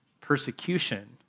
persecution